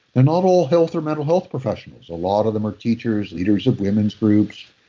they're not all health or mental health professionals. a lot of them are teachers, leaders of women's groups,